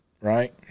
right